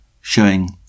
showing